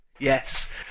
Yes